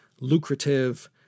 lucrative